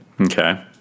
Okay